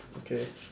okay